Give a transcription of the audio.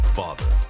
father